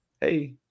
hey